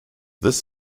this